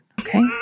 Okay